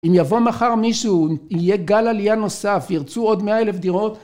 אם יבוא מחר מישהו, יהיה גל עלייה נוסף, ירצו עוד מאה אלף דירות...